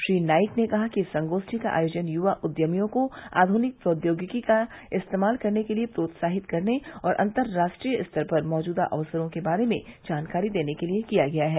श्री नाइक ने कहा कि इस संगोष्ठी का आयोजन युवा उद्यमियों को आयुनिक प्रौद्योगिकी का इस्तेमाल करने के लिए प्रोतसाहित करने और अंतर्राष्ट्रीय स्तर पर मौजूद अवसरों के बारे में जानकारी देने के लिए किया गया है